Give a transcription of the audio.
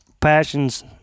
passions